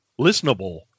listenable